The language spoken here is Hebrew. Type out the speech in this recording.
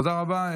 תודה רבה.